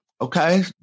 okay